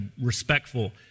respectful